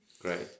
Great